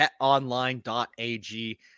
betonline.ag